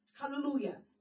hallelujah